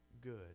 good